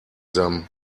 them